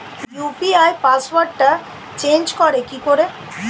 UPI পাসওয়ার্ডটা change করে কি করে?